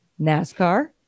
NASCAR